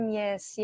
yes